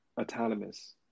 autonomous